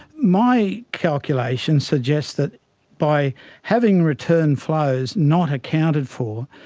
my calculations suggest that by having return flows not accounted for,